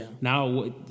Now